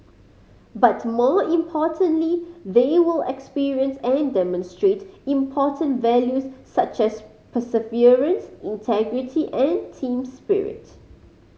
but more importantly they will experience and demonstrate important values such as perseverance integrity and team spirit